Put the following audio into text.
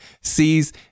sees